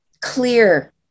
clear